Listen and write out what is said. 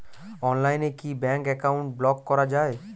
অনলাইনে কি bank account block করা য়ায়?